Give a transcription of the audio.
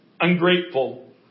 ungrateful